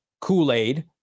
Kool-Aid